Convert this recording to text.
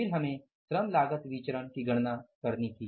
फिर हमें श्रम लागत विचरण की गणना करनी थी